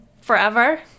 forever